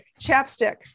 chapstick